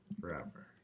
forever